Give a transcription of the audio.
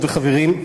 חברי הכנסת,